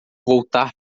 voltar